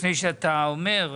לפני שאתה אומר,